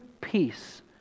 peace